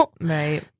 Right